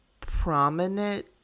Prominent